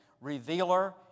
revealer